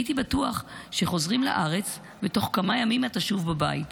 הייתי בטוח שחוזרים לארץ ותוך כמה ימים אתה שוב בבית.